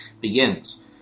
begins